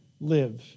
live